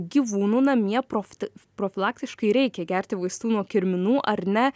gyvūnų namie proft profilaktiškai reikia gerti vaistų nuo kirminų ar ne